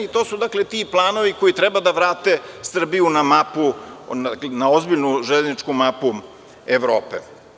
To su dakle ti planovi koji treba da vrate Srbiju na mapu, na ozbiljnu železničku mapu Evrope.